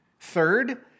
Third